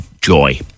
joy